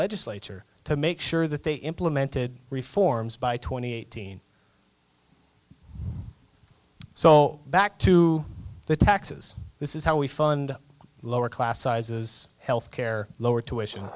legislature to make sure that they implemented reforms by twenty eighteen so back to the taxes this is how we fund lower class sizes health care lower